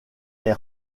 est